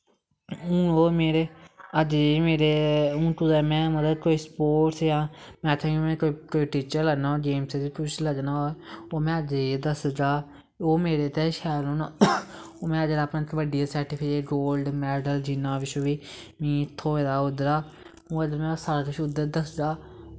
हून ओह् मेरे अज जाइयै में कुदैं नमें कोई स्पोटस जां में आक्खेआ में कोई टीचर बननां गेम्स च लग्गनां होर में जे दस्सगा ओह् मेरै तै शैल होनां ओह् में कब्ड्डी दा सर्टिफिकेट गोल्ड मैडल जिन्नां किश बी में थ्होए दा उध्दरा दा मतलव में सारा किश उध्दर दसगा